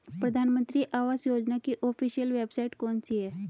प्रधानमंत्री आवास योजना की ऑफिशियल वेबसाइट कौन सी है?